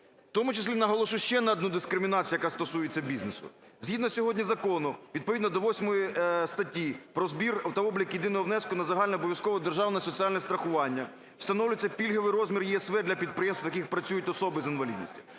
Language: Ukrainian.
В тому числі наголошую ще на одну дискримінацію, яка стосується бізнесу. Згідно сьогодні закону відповідно до 8 статті про збір та облік єдиного внеску на загальнообов'язкове державне соціальне страхування встановлюється пільговий розмір ЄСВ для підприємств, в яких працюють особи з інвалідністю,